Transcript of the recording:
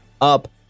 Up